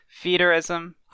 feederism